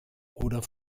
oder